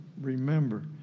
remember